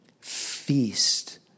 feast